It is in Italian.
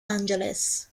angeles